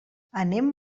anem